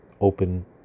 open